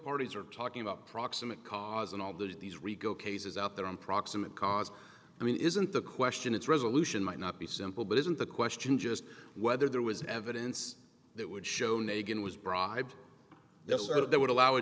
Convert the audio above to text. parties are talking about proximate cause and all that these rico cases out there on proximate cause i mean isn't the question its resolution might not be simple but isn't the question just whether there was evidence that would show nagin was bribed to serve that would allow a